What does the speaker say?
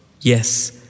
yes